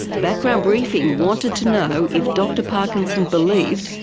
background briefing wanted to know if dr parkinson believed,